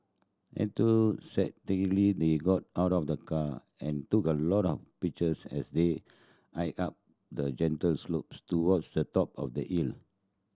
enthusiastically they got out of the car and took a lot of pictures as they hiked up the gentle slope towards the top of the hill